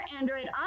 android